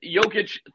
Jokic